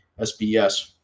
SBS